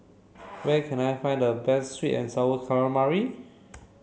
where can I find the best sweet and sour calamari